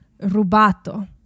rubato